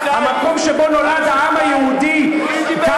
המקום שבו נולד העם היהודי מנסים להרוס אותה.